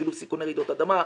שילוב סיכוני רעידות אדמה,